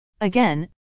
Again